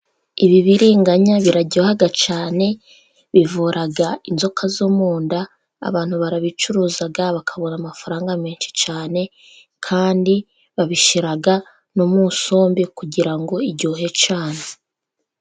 Ibibiriganya biraryoha cyane ,bivura inzoka zo mu nda . Abantu barabicuruza ,bakabona amafaranga menshi cyane ,kandi babishyira no mu mu sombe, kugira ngo i iryohe cyane.